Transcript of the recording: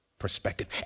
perspective